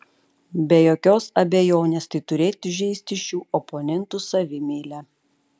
be jokios abejonės tai turėtų žeisti šių oponentų savimeilę